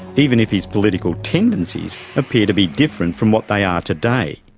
even if his political tendencies appear to be different from what they are today.